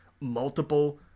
multiple